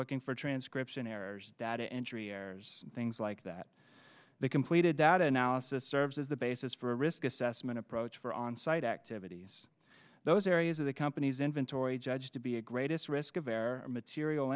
looking for transcription errors data entry errors things like that they completed that analysis serves as the basis for a risk assessment approach for onsite activities those areas of the company's inventory judged to be a greatest risk of their material